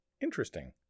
Interesting